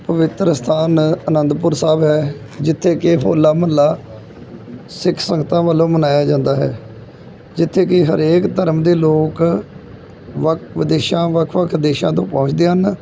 ਪਵਿੱਤਰ ਅਸਥਾਨ ਅਨੰਦਪੁਰ ਸਾਹਿਬ ਹੈ ਜਿੱਥੇ ਕਿ ਹੋਲਾ ਮਹੱਲਾ ਸਿੱਖ ਸੰਗਤਾਂ ਵੱਲੋਂ ਮਨਾਇਆ ਜਾਂਦਾ ਹੈ ਜਿੱਥੇ ਕਿ ਹਰੇਕ ਧਰਮ ਦੇ ਲੋਕ ਵੱਖ ਵਿਦੇਸ਼ਾਂ ਵੱਖ ਵੱਖ ਦੇਸ਼ਾਂ ਤੋਂ ਪਹੁੰਚਦੇ ਹਨ